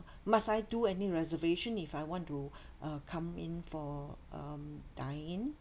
must I do any reservation if I want to uh come in for um dine in